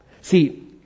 See